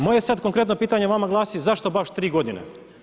Moje sad konkretno pitanje vama glasi, zašto baš tri 3 godine?